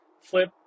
flip